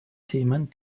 themen